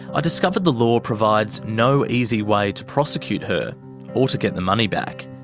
i discovered the law provides no easy way to prosecute her or to get the money back.